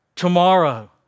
Tomorrow